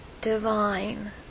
divine